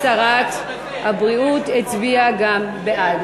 פנינה, וגם שרת הבריאות הצביעה בעד.